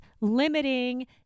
limiting